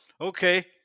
Okay